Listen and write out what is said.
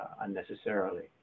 unnecessarily